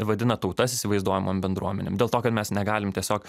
vadina tautas įsivaizduojamom bendruomenėm dėl to kad mes negalim tiesiog